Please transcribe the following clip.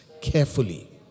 carefully